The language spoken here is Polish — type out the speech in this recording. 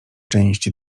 część